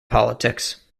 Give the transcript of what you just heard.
politics